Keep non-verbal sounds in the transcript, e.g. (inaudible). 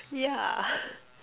yeah (laughs)